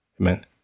Amen